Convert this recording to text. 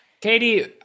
katie